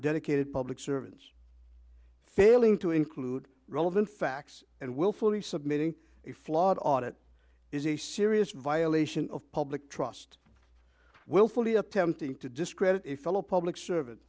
dedicated public servants failing to include relevant facts and willfully submitting a flawed audit is a serious violation of public trust willfully attempting to discredit a fellow public servant